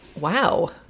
Wow